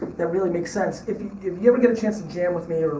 that really makes sense. if you if you ever get a chance to jam with me,